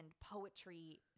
poetry